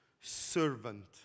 servant